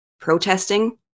protesting